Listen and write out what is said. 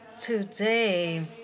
today